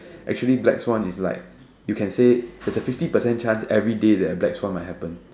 actually black Swan is like you can say there's a fifty percent chance everyday that a black Swan might happen